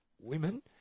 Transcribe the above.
women